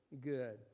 good